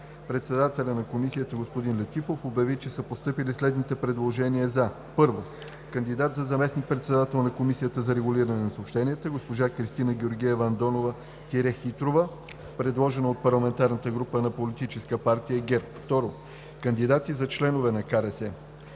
Председателят на Комисията господин Халил Летифов обяви, че са постъпили следните предложения за: 1. Кандидат за заместник-председател на Комисията за регулиране на съобщенията – госпожа Кристина Георгиева Андонова-Хитрова, предложена от парламентарната група на Политическа партия ГЕРБ; 2. Кандидати за членове на КРС: